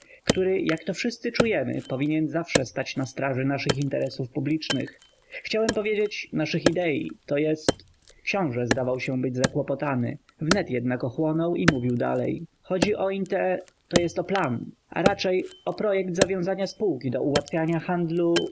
który jak to wszyscy czujemy powinien zawsze stać na straży naszych interesów publicznych chciałem powiedzieć naszych idei to jest książe zdawał się być zakłopotany wnet jednak ochłonął i mówił dalej chodzi o inte to jest o plan a raczej o projekt zawiązania spółki do ułatwiania handlu